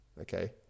okay